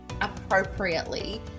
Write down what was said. appropriately